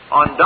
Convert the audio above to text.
on